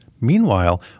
Meanwhile